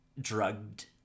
Drugged